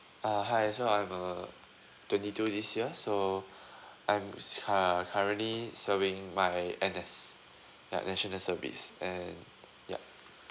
uh hi so I'm uh twenty two this year so I'm uh currently serving my N_S ya national service and yup